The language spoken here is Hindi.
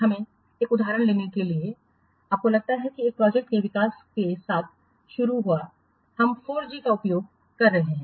हमें एक उदाहरण लेने के लिए आपको लगता है कि एक प्रोजेक्ट के विकास के साथ शुरू हुआ है हम 4 जी का उपयोग कर रहे हैं